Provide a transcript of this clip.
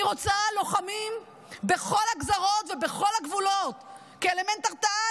אני רוצה לוחמים בכל הגזרות ובכל הגבולות כאלמנט הרתעה,